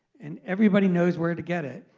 and everybody knows where to get it.